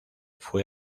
fue